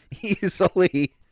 Easily